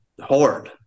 hard